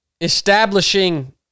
establishing